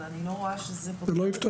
אבל אני לא רואה שזה --- ברור,